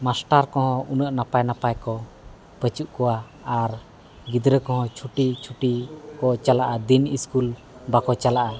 master ᱠᱚ ᱦᱚᱱ ᱩᱱᱟᱹᱜ ᱱᱟᱯᱟᱭ ᱱᱟᱯᱟᱭ ᱠᱚ ᱵᱟᱹᱱᱩᱜ ᱠᱚᱣᱟ ᱟᱨ ᱜᱤᱫᱽᱨᱟᱹ ᱠᱚᱦᱚᱸ ᱪᱷᱩᱴᱤ ᱪᱷᱩᱴᱤ ᱠᱚ ᱪᱟᱞᱟᱜᱼᱟ ᱫᱤᱱ ᱤᱥᱠᱩᱞ ᱵᱟᱠᱚ ᱪᱟᱞᱟᱜᱼᱟ